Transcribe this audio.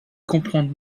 comprends